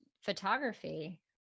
photography